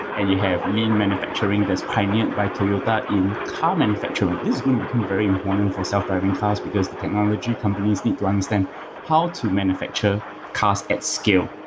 and you have lean manufacturing that's pioneered by toyota in car manufacturing. this is going to become very important for self-driving cars, because the technology companies need to understand how to manufacture cars at scale.